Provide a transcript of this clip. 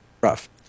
rough